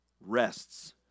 rests